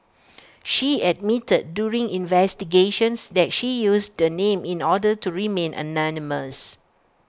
she admitted during investigations that she used the name in order to remain anonymous